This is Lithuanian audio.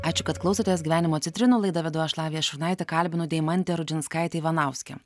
ačiū kad klausotės gyvenimo citrinų laidą vedu aš lavija šurnaitė kalbinu deimantę rudžinskaitę ivanauskę